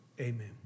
Amen